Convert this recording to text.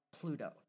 Pluto